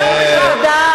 תצאו משם,